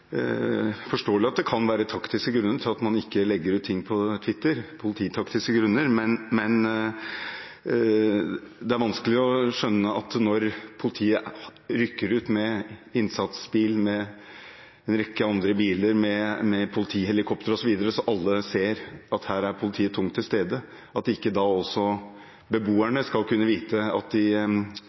forståelig at det kan være polititaktiske grunner til at man ikke legger ut ting på Twitter. Men det er vanskelig å skjønne at når politiet rykker ut med innsatsbil, med en rekke andre biler og med politihelikopter osv. så alle ser at her er politiet tungt til stede, at ikke beboerne da skal kunne få vite